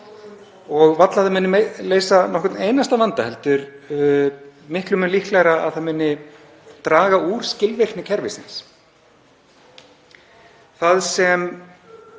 og varla að það muni leysa nokkurn einasta vanda. Miklu líklegra er að það muni draga úr skilvirkni kerfisins. Það sem